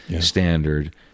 standard